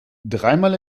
dreimal